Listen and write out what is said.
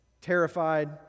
terrified